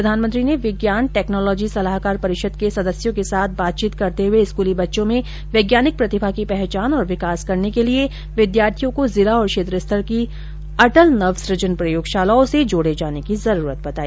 प्रधानमंत्री ने विज्ञान टेक्नोलॉजी सलाहकार परिषद के सदस्यों के साथ बातचीत करते हुए स्कूली बच्चों में वैज्ञानिक प्रतिभा की पहचान और विकास करने के लिए विद्यार्थियों को जिला तथा क्षेत्र स्तर की अटल नवसुजन प्रयोगशालाओं से जोड़े जाने की जरूरत बताई